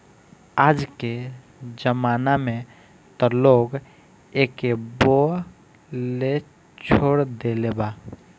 आजके जमाना में त लोग एके बोअ लेछोड़ देले बा